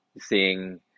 seeing